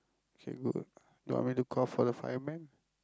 k good do you want me to call for the firemen